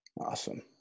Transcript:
Awesome